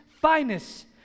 finest